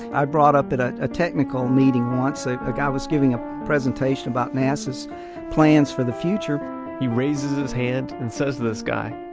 i brought up in ah a technical meeting once, ah a guy was giving a presentation about nasa's plans for the future he raises his hand and says to this guy,